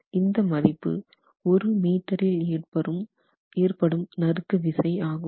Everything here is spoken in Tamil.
இந்த மதிப்பு ஒரு மீட்டரில் ஏற்படும் நறுக்கு விசை ஆகும்